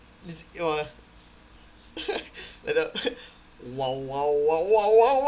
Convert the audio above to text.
this !wah! like the !wow! !wow! !wow! !wow! !wow! !wow!